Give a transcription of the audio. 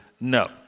No